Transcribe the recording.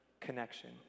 connection